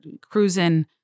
cruising